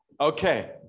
Okay